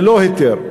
ללא היתר.